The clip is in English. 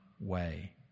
way